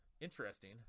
Interesting